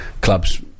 clubs